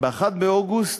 ב-1 באוגוסט,